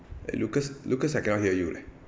eh lucas lucas I cannot hear you leh